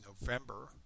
November